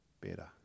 better